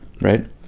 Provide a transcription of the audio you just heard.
right